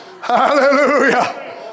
Hallelujah